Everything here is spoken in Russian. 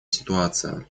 ситуация